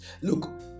Look